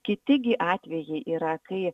kiti gi atvejai yra kai